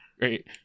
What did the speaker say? Great